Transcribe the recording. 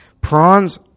Prawns